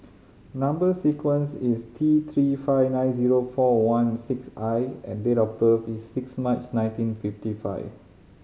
number sequence is T Three five nine zero four one six I and date of birth is six March nineteen fifty five